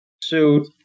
suit